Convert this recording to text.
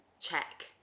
check